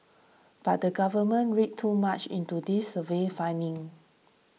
but the government read too much into these survey findings